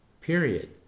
period